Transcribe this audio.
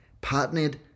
partnered